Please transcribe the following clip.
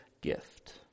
gift